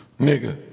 Nigga